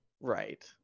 Right